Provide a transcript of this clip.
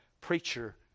preacher